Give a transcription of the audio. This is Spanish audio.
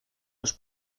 los